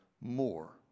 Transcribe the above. more